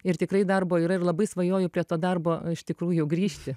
ir tikrai darbo yra ir labai svajoju prie to darbo iš tikrųjų grįžti